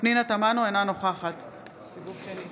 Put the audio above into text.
פנינה תמנו, אינה נוכחת גברתי,